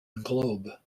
globe